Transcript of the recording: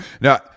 Now